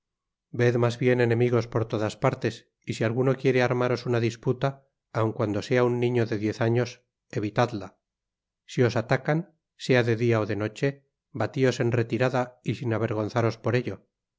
ved mas bien enemigos por todas partes y si alguno quiere armaros una disputa aun cuando sea un niño de diez años evitadla si os atacan sea de dia ó de noche batios en retirada y sin avergonzaros por ello